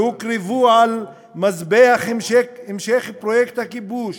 שהוקרבו על מזבח המשך פרויקט הכיבוש